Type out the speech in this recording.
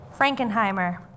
Frankenheimer